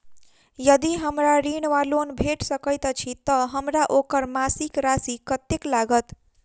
यदि हमरा ऋण वा लोन भेट सकैत अछि तऽ हमरा ओकर मासिक राशि कत्तेक लागत?